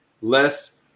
less